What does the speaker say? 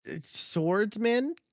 swordsman